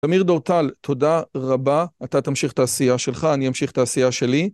תמיר דורטל, תודה רבה, אתה תמשיך את העשייה שלך, אני אמשיך את העשייה שלי.